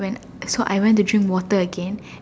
so I went to drink water again and